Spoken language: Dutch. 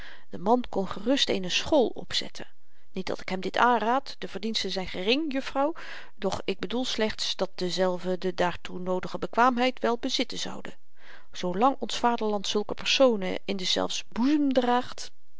de man kon gerust eene school opzetten niet dat ik hem dit aanraad de verdiensten zyn gering juffrouw doch ik bedoel slechts dat dezelve de daartoe noodige bekwaamheid wel bezitten zoude zoolang ons vaderland zulke personen in deszelfs boezem draagt